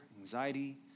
anxiety